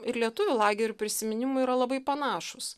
ir lietuvių lagerių prisiminimų yra labai panašūs